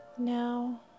Now